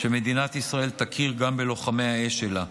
שמדינת ישראל תכיר גם בלוחמי האש שלה,